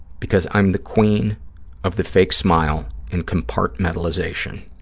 because i'm the queen of the fake smile and compartmentalization.